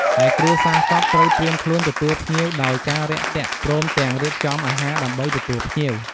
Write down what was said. ឯគ្រួសារសពត្រូវត្រៀមខ្លួនទទួលភ្ញៀវដោយការរាក់ទាក់ព្រមទាំងរៀបចំអាហារដើម្បីទទួលភ្ញៀវ។